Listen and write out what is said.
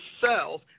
cells